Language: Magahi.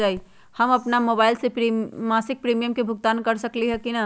हम अपन मोबाइल से मासिक प्रीमियम के भुगतान कर सकली ह की न?